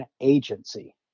agency